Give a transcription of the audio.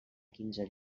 quinze